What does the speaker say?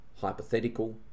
hypothetical